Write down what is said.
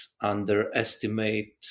underestimate